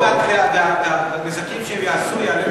לתקן את הנזקים שהם יעשו יעלה לנו,